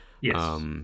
Yes